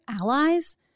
allies